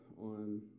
On